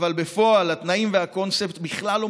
אבל בפועל התנאים והקונספט בכלל לא